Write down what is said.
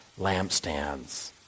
lampstands